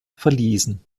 verwiesen